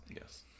Yes